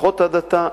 לפחות עד עתה,